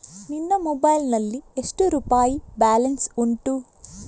ನಿನ್ನ ಮೊಬೈಲ್ ನಲ್ಲಿ ಎಷ್ಟು ರುಪಾಯಿ ಬ್ಯಾಲೆನ್ಸ್ ಉಂಟು?